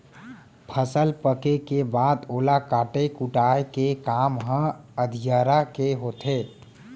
फसल पके के बाद ओला काटे कुटाय के काम ह अधियारा के होथे